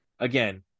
Again